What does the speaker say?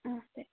ಹಾಂ ಸರಿ